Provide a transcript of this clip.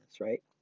right